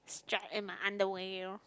strut in my underwear you know